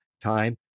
time